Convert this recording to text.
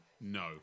No